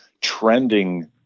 trending